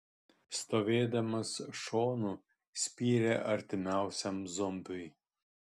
stovėdamas šonu spyrė artimiausiam zombiui